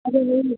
hello ಹೇಳಿ